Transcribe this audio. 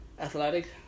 athletic